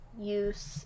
use